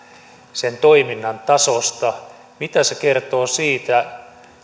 sen toiminnan tasosta mitä se kertoo siitä